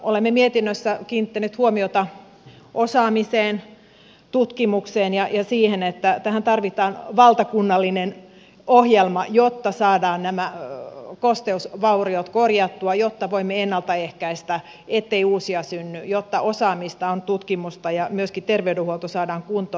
olemme mietinnössä kiinnittäneet huomiota osaamiseen tutkimukseen ja siihen että tähän tarvitaan valtakunnallinen ohjelma jotta saadaan nämä kosteusvauriot korjattua jotta voimme ennalta ehkäistä ettei uusia synny jotta on osaamista on tutkimusta ja myöskin terveydenhuolto saadaan kuntoon